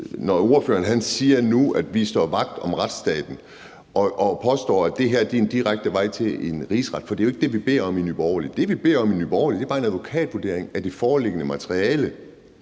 når ordføreren nu siger, at vi står vagt om retsstaten, og påstår, at det her er en direkte vej til en rigsret, for det er jo ikke det, vi beder om i Nye Borgerlige. Det, vi beder om i Nye Borgerlige, er bare en advokatvurdering af det foreliggende materiale,